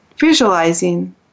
Visualizing